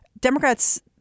Democrats